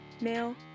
male